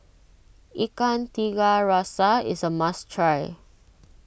Ikan Tiga Rasa is a must try